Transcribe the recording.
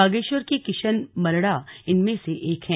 बागेश्वर के किशन मलड़ा इनमें से एक हैं